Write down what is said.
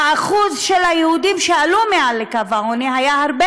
האחוז של היהודים שעלו מעל לקו העוני היה הרבה